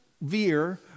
veer